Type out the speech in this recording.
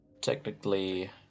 technically